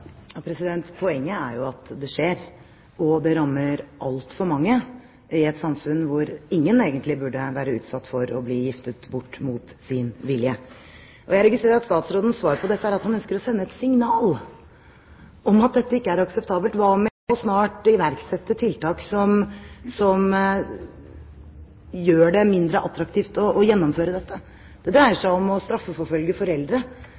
Poenget er at det skjer, og at det rammer altfor mange i et samfunn hvor egentlig ingen burde være utsatt for å bli giftet bort mot sin vilje. Jeg registrerer at statsrådens svar på dette er at han ønsker å sende et signal om at dette ikke er akseptabelt. Hva med å snart iverksette tiltak som gjør det mindre attraktivt å gjennomføre dette? Det dreier seg om å straffeforfølge foreldre